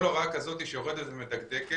כל הוראה כזאת שיורדת ומדקדקת,